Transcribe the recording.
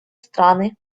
страны